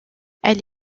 elle